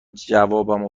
جوابمو